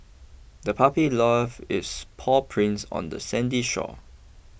the puppy left its paw prints on the sandy shore